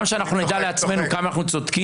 כדי שגם נדע לעצמנו כמה אנחנו צודקים,